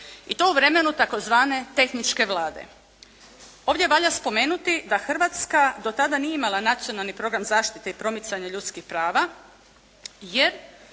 i to u vremenu tzv. tehničke Vlade. Ovdje valja spomenuti da Hrvatska do tada nije imala Nacionalni program zaštite i promicanja ljudskih prava jer